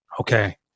Okay